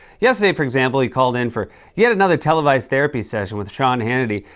yesterday, for example, he called in for yet another televised therapy session with sean hannity,